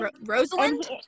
Rosalind